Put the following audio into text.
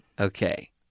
Okay